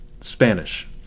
spanish